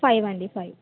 five అండి five